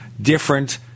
different